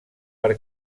per